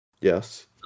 Yes